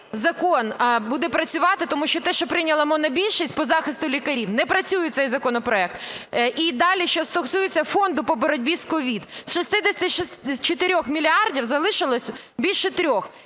закон буде працювати? Тому що те, що прийняла монобільшість по захисту лікарів, не працює цей законопроект. І далі, що стосується фонду по боротьби з COVID. З 64 мільярдів залишилося більше 3-х.